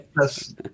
Yes